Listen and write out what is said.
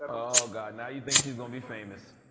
oh god, now you think she's gon' be famous.